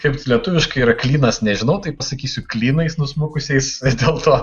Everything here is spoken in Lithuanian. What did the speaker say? kaip lietuviškai yra klynas nežinau taip pasakysiu klynais nusmukusiais dėl to